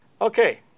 Okay